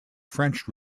french